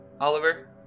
Oliver